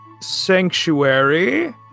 Sanctuary